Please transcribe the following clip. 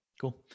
Cool